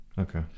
Okay